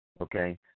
okay